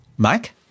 Mike